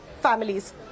families